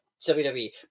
WWE